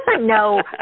No